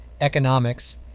economics